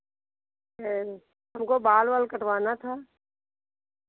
हमको बाल वाल कटवाना था